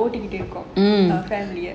ஓட்டிட்டு இருக்கோம்:athan naanum konjam inga irunthu kaasu saemikuraen kaasu pandratha vachu otitu irukom